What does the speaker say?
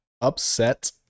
upset